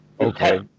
Okay